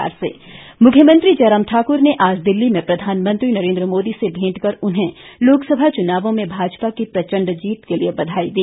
प्रधानमंत्री भेंट मुख्यमंत्री जयराम ठाक्र ने आज दिल्ली में प्रधानमंत्री नरेंद्र मोदी से भेंट कर उन्हें लोकसभा चुनावों में भाजपा की प्रचंड जीत के लिए बधाई दी